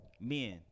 men